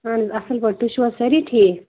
اَہَن حظ اَصٕل پٲٹھۍ تُہۍ چھِوا سٲری ٹھیٖک